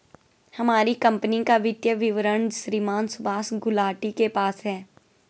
हमारी कम्पनी का वित्तीय विवरण श्रीमान सुभाष गुलाटी के पास है